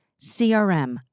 CRM